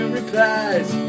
replies